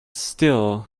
still